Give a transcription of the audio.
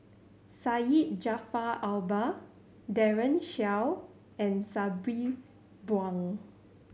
Syed Jaafar Albar Daren Shiau and Sabri Buang